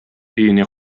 өенә